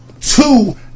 two